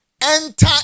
enter